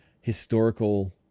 historical